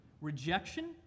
rejection